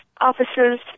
officers